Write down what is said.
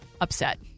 upset